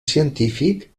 científic